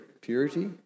Purity